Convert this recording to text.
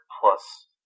plus